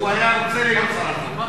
הוא היה רוצה להיות שר.